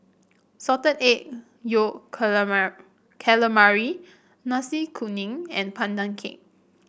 Salted Egg Yolk Calamari Nasi Kuning and Pandan Cake